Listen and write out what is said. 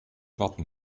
warten